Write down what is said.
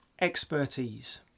Expertise